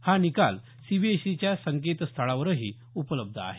हा निकाल सीबीएसईच्या संकेतस्थळावरही उपलब्ध आहे